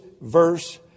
verse